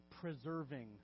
preserving